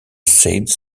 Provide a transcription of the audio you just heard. said